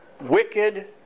wicked